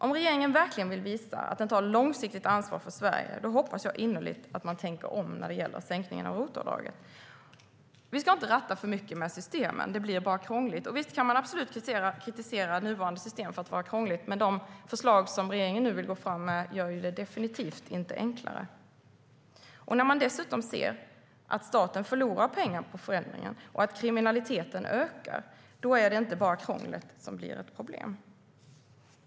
Om regeringen verkligen vill visa att den tar långsiktigt ansvar för Sverige hoppas jag innerligt att den tänker om när det gäller sänkningen av ROT-avdraget. Vi ska inte ratta för mycket med systemen; det blir bara krångligt. Visst kan man kritisera det nuvarande systemet för att vara krångligt, men de förslag regeringen nu vill gå fram med gör det definitivt inte enklare. När man dessutom ser att staten förlorar pengar på förändringen och att kriminaliteten ökar är det inte bara krånglet som blir ett problem.